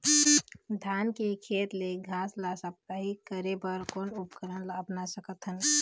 धान के खेत ले घास ला साप्ताहिक करे बर कोन उपकरण ला अपना सकथन?